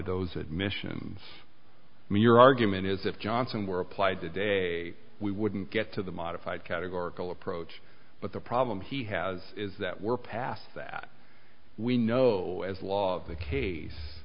those admissions from your argument is if johnson were applied today we wouldn't get to the modified categorical approach but the problem he has is that we're past that we know as law of the case